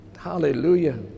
Hallelujah